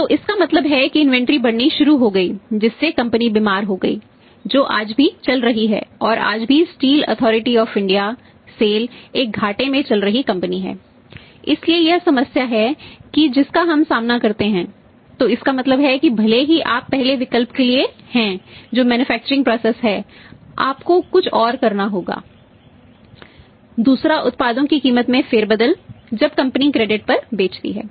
तो इसका मतलब है कि इन्वेंटरी पर बेचती है